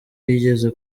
yigeze